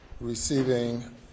receiving